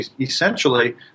essentially